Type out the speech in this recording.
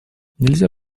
нельзя